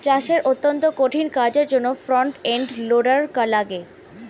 চাষের অত্যন্ত কঠিন কাজের জন্যে ফ্রন্ট এন্ড লোডার লাগে